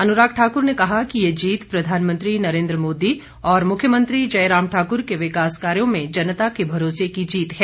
अनुराग ठाकुर ने कहा कि ये जीत प्रधानमंत्री नरेंद्र मोदी और मुख्यमंत्री जयराम ठाकुर के विकास कार्यों में जनता के भरोसे की जीत है